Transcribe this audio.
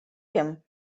him